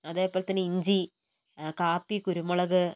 അതേപോലെതന്നെ ഇഞ്ചി കാപ്പി കുരുമുളക്